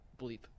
bleep